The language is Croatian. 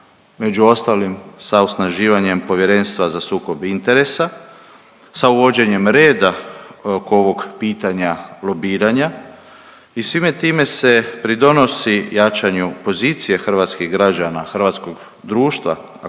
među ostalim sa osnaživanjem Povjerenstva za sukob interesa, sa uvođenjem reda oko ovog pitanja lobiranja i svime time se pridonosi jačanju pozicije hrvatskih građana, hrvatskog društva,